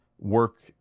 work